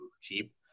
cheap